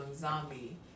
zombie